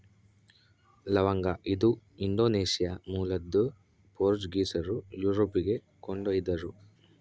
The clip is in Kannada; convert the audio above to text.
ಲವಂಗ ಇದು ಇಂಡೋನೇಷ್ಯಾ ಮೂಲದ್ದು ಪೋರ್ಚುಗೀಸರು ಯುರೋಪಿಗೆ ಕೊಂಡೊಯ್ದರು